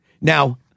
Now